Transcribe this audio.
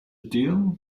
deal